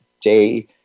day